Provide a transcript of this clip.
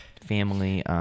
Family